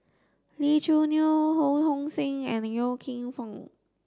Lee Choo Neo Ho Hong Sing and Yong Foong